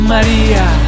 Maria